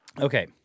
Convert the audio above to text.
Okay